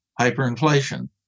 Hyperinflation